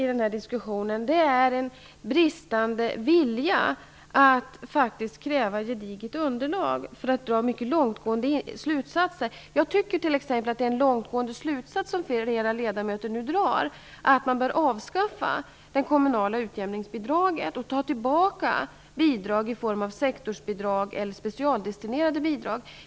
I den här diskussionen uppfattar jag en bristande vilja att faktiskt kräva ett gediget underlag för att mycket långtgående slutsatser skall kunna dras. Jag tycker t.ex. att flera ledamöter drar en långtgående slutsats när de säger att man bör avskaffa det kommunala utjämningsbidraget och ta tillbaka bidrag i form av sektorsbidrag eller specialdestinerade bidrag.